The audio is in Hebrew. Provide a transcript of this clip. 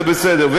זה בסדר.